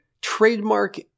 trademark